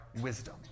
wisdom